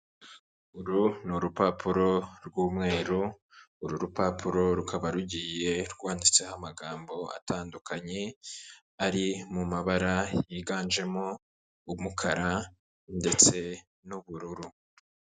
Uru ni urupapuro rw'umweru, uru rupapuro rukaba rugiye rwanditseho amagambo atandukanye ari mu mabara yiganjemo umukara ndetse n'ubururu.